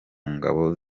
ngabo